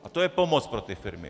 A to je pomoc pro firmy.